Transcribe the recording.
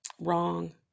wrong